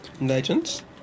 Legends